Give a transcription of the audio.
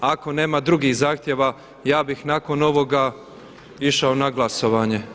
Ako nema drugih zahtjeva ja bih nakon ovoga išao na glasovanje.